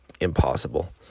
impossible